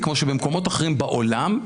כמו במקומות אחרים בעולם,